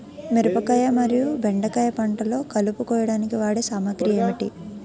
మిరపకాయ మరియు బెండకాయ పంటలో కలుపు కోయడానికి వాడే సామాగ్రి ఏమిటి?